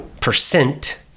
percent